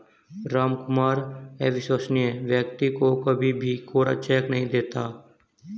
रामकुमार अविश्वसनीय व्यक्ति को कभी भी कोरा चेक नहीं देता